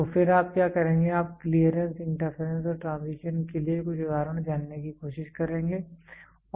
तो फिर आप क्या करेंगे आप क्लीयरेंस इंटरफेरेंस और ट्रांजिशन के लिए कुछ उदाहरण जानने की कोशिश करेंगे